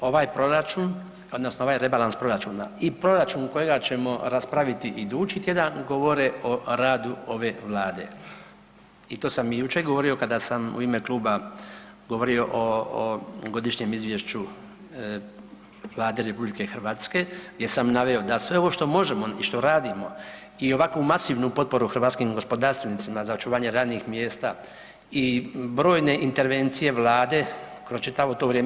Poštovana kolegice Jelkovac, da ovaj rebalans proračuna i proračun kojega ćemo raspraviti idući tjedan govore o radu ove Vlade i to sam i jučer govorio kada sam u ime kluba govorio o godišnjem izvješću Vlade RH gdje sam naveo da sve ovo što možemo i što radimo i ovako masivnu potporu hrvatskim gospodarstvenicima za očuvanje radnih mjesta i brojne intervencije Vlade kroz čitavo to vrijeme.